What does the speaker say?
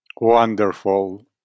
Wonderful